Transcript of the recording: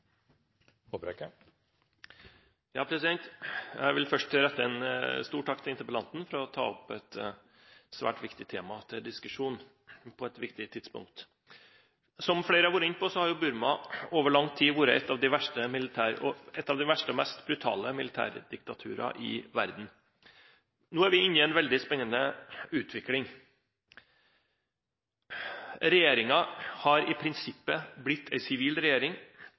Jeg vil først rette en stor takk til interpellanten for å ta opp et svært viktig tema til diskusjon, på et viktig tidspunkt. Som flere har vært inne på, har jo Burma over lang tid vært et av de verste og mest brutale militærdiktaturer i verden. Nå er vi inne i en veldig spennende utvikling: Regjeringen har i prinsippet blitt en sivil regjering,